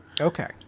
Okay